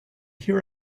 hear